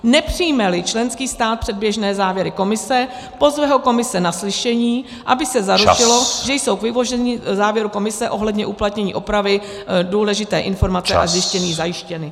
Nepřijmeli členský stát předběžné závěry Komise, pozve ho Komise na slyšení, aby se zaručilo , že jsou k vyvození závěru Komise ohledně uplatnění opravy důležité informace a zjištění zajištěny.